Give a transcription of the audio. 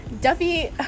Duffy